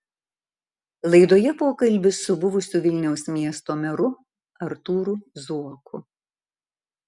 laidoje pokalbis su buvusiu vilniaus miesto meru artūru zuoku